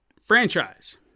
franchise